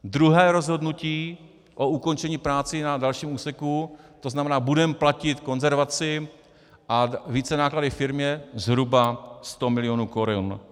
Druhé rozhodnutí o ukončení práce na dalším úseku, to znamená, budeme platit konzervaci a vícenáklady firmě zhruba 100 milionů korun.